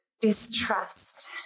distrust